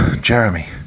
Jeremy